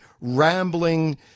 rambling